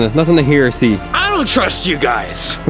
nothing to hear or see. i don't trust you guys.